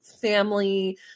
family